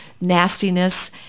nastiness